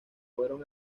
fueron